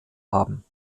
haben